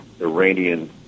Iranian